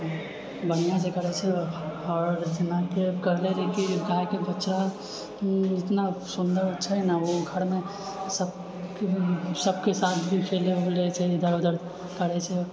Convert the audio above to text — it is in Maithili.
बढ़िआँसँ करैत छै आओर जेनाकि कहलिऐ जेकि गायके बछड़ा ओतना सुन्दर छै ने ओ घरमे सब सबके साथ भी खेलैत उलैत छै इधर उधर करैत छै